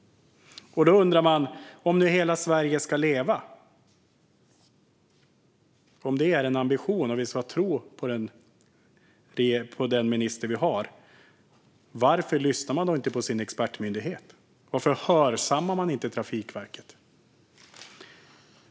Då undrar man: Om ambitionen är att hela Sverige ska leva och vi ska tro på ministern, varför lyssnar regeringen då inte på sin expertmyndighet? Varför hörsammar man inte Trafikverket?